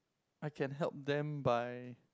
I can help them by